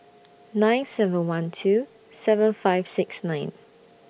nine seven one two seven five six nine